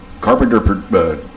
Carpenter